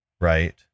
Right